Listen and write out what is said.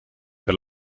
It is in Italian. per